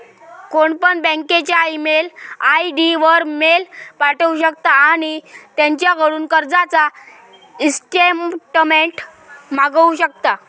कोणपण बँकेच्या email ID वर मेल पाठवु शकता आणि त्यांच्याकडून कर्जाचा ईस्टेटमेंट मागवु शकता